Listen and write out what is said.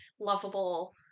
lovable